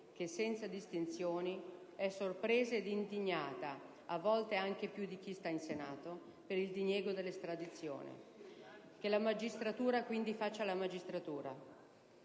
che, senza distinzioni, è sorpresa e indignata, a volte anche più di chi sta in Senato, per il diniego dell'estradizione, affinché la magistratura faccia quindi la magistratura